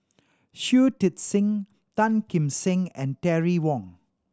Shui Tit Sing Tan Kim Seng and Terry Wong